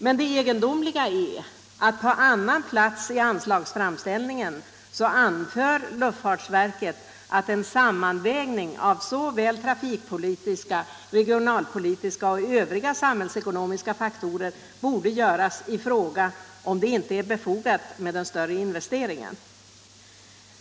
Men det egendomliga är att luftfartsverket på annan plats i anslagsframställningen anför att en sammanvägning av såväl trafikpolitiska som regionalpolitiska och övriga samhällsekonomiska faktorer borde göras när man tar ställning till frågan om det är befogat med en större investering.